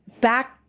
back